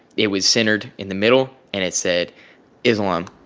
it was centered in the middle, and it said islam.